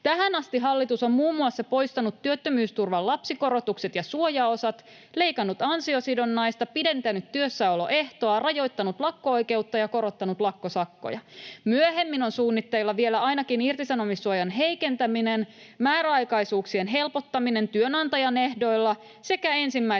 Tähän asti hallitus on muun muassa poistanut työttömyysturvan lapsikorotukset ja suojaosat, leikannut ansiosidonnaista, pidentänyt työssäoloehtoa, rajoittanut lakko-oikeutta ja korottanut lakkosakkoja. Myöhemmin on suunnitteilla vielä ainakin irtisanomissuojan heikentäminen, määräaikaisuuksien helpottaminen työnantajan ehdoilla sekä ensimmäisen